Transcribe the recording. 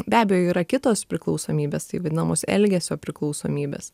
be abejo yra kitos priklausomybės taip vadinamos elgesio priklausomybės